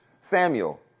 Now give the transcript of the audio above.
Samuel